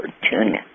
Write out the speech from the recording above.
opportunity